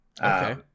Okay